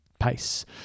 pace